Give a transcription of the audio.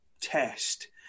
test